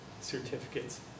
certificates